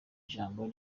ijambo